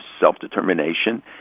self-determination